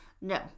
No